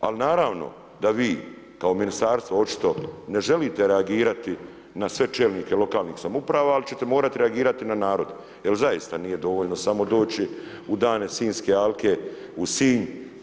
Ali naravno da vi kao ministarstvo očito ne želite reagirati na sve čelnike lokalnih samouprava ali ćete morati reagirati na narod, jer zaista nije dovoljno samo doći u dane Sinjske alke u Sinj.